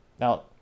Now